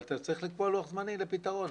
אבל אתה צריך לוח זמנים לפתרון.